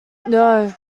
know